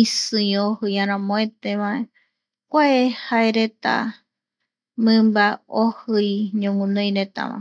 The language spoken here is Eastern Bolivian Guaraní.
isii ojii aramoetevae kua jae mimba ojii ñoguinoiretava.